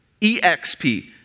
EXP